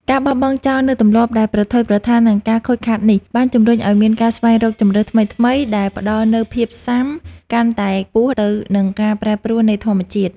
ការបោះបង់ចោលនូវទម្លាប់ដែលប្រថុយប្រថាននឹងការខូចខាតនេះ បានជំរុញឱ្យមានការស្វែងរកជម្រើសថ្មីៗដែលផ្ដល់នូវភាពស៊ាំកាន់តែខ្ពស់ទៅនឹងការប្រែប្រួលនៃធម្មជាតិ។